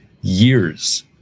years